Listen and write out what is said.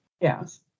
Yes